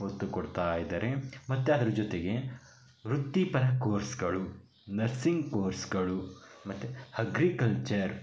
ಒತ್ತು ಕೊಡ್ತಾಯಿದ್ದಾರೆ ಮತ್ತು ಅದ್ರ ಜೊತೆಗೆ ವೃತ್ತಿಪರ ಕೋರ್ಸ್ಗಳು ನರ್ಸಿಂಗ್ ಕೋರ್ಸ್ಗಳು ಮತ್ತು ಹಗ್ರಿಕಲ್ಚರ್